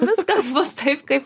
viskas bus taip kaip